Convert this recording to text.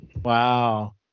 wow